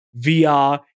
VR